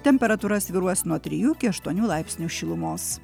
temperatūra svyruos nuo trijų iki aštuonių laipsnių šilumos